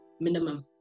minimum